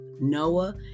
Noah